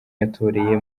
yatoreye